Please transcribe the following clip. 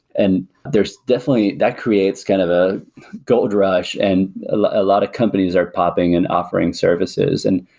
and there's definitely that creates kind of a gold rush and a lot of companies are popping and offering services. and